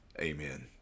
Amen